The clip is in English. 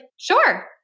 Sure